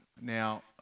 Now